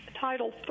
Title